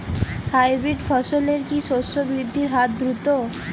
Hybrid ফসলের কি শস্য বৃদ্ধির হার দ্রুত?